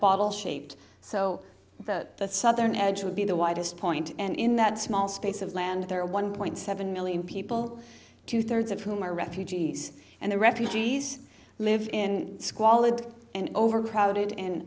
bottle shaped so that the southern edge will be the widest point and in that small space of land there are one point seven million people two thirds of whom are refugees and the refugees live in squalid and overcrowded and